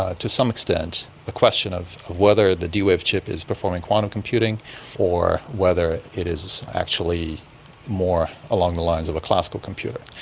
ah to some extent, the question of of whether the d-wave chip is performing quantum computing or whether it is actually more along the lines of a classical computer.